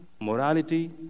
morality